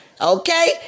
Okay